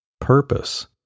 purpose